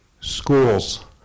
Schools